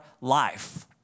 life